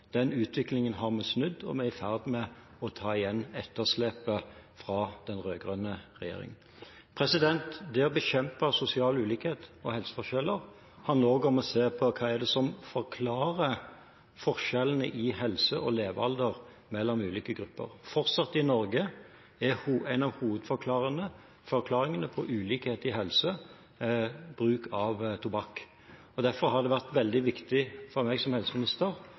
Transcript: Den utviklingen har vi snudd, og vi er i ferd med å ta igjen etterslepet fra den rød-grønne regjeringen. Det å bekjempe sosial ulikhet og helseforskjeller handler også om å se på hva som forklarer forskjellene i helse og levealder mellom ulike grupper. Fortsatt er bruk av tobakk en av hovedforklaringene på ulikhet i helse i Norge. Derfor har det vært veldig viktig for meg som helseminister